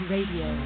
Radio